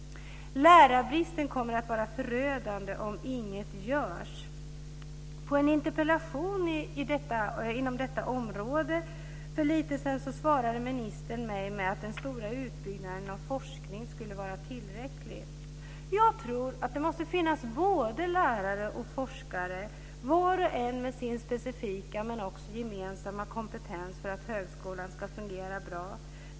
Lärarbristen kommer att vara förödande om inget görs. På en interpellation inom detta område för en tid sedan svarade ministern mig att den stora utbyggnaden av forskning skulle vara tillräcklig. Jag tror att det måste finnas både lärare och forskare var och en med sin specifika men också gemensamma kompetens för att högskolan ska fungera bra.